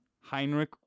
Heinrich